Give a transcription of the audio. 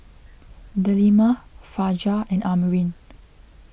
Delima Fajar and Amrin